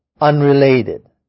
unrelated